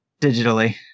digitally